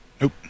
Nope